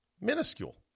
minuscule